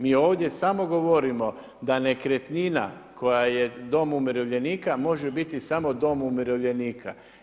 Mi ovdje samo govorimo da nekretnina koja je dom umirovljenika može biti samo dom umirovljenika.